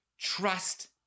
trust